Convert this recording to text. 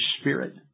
Spirit